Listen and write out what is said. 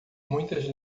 muitas